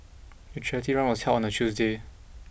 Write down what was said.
the charity run was held on a Tuesday